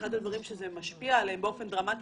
אחד הדברים שזה משפיע עליהם באופן דרמטי,